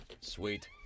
Sweet